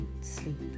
sleep